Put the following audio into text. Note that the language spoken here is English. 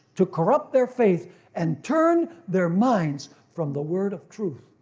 to corrupt their faith and turn their minds from the word of truth.